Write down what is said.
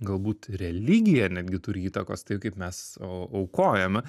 galbūt religija netgi turi įtakos tai kaip mes aukojam